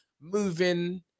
moving